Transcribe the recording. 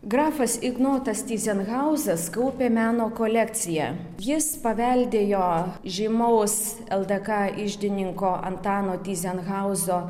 grafas ignotas tyzenhauzas kaupė meno kolekciją jis paveldėjo žymaus ldk iždininko antano tyzenhauzo